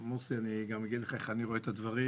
מוסי, אני אגיד לך איך אני רואה את הדברים,